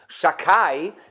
Shakai